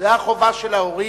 זו החובה של ההורים,